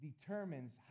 determines